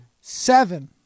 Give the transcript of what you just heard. seven